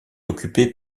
occupées